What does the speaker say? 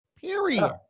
period